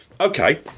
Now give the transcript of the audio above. okay